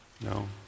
No